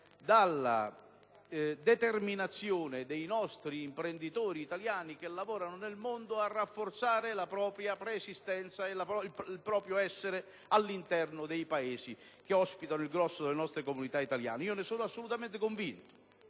dalla determinazione dei nostri imprenditori italiani che lavorano nel mondo a rafforzare il proprio essere all'interno dei Paesi che ospitano il grosso delle nostre comunità italiane. Ne sono assolutamente convinto.